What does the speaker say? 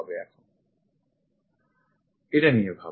এটা নিয়ে ভাবো